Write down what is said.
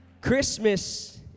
Christmas